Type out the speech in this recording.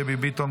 דבי ביטון,